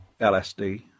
LSD